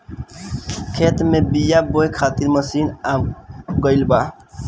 खेत में बीआ बोए खातिर मशीन भी आ गईल बा